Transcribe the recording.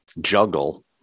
juggle